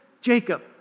Jacob